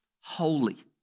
holy